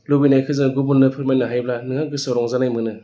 लुबैनायखौ जों गुबुननो फोरमायनो हायोब्ला नोंहा गोसोआव रंजानाय मोनो